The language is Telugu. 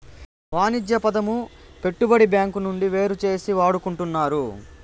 వాణిజ్య పదము పెట్టుబడి బ్యాంకు నుండి వేరుచేసి వాడుకుంటున్నారు